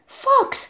，fox